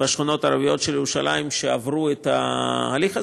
בשכונות הערביות בירושלים שעברו את ההליך הזה,